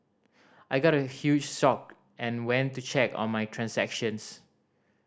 I got a huge shocked and went to check on my transactions